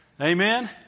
Amen